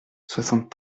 soixante